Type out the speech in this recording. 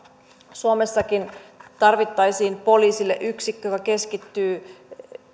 suomessakin tarvittaisiin poliisille yksikkö joka keskittyy